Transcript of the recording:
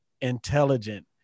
intelligent